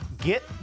Get